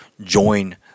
join